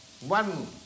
one